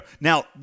Now